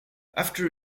after